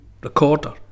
Recorder